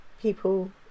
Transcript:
people